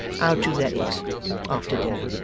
how true that is after dinner